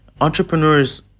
entrepreneurs